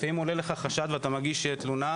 לפעמים עולה לך חשד ואתה מגיש תלונה,